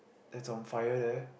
is on fire there